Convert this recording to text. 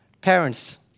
Parents